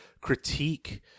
critique